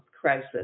crisis